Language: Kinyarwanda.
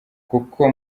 kuko